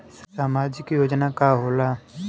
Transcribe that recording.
सामाजिक योजना का होला?